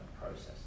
process